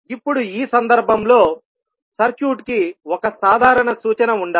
ఇప్పుడు ఈ సందర్భంలో సర్క్యూట్ కి ఒక సాధారణ సూచన ఉండాలి